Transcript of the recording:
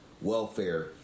welfare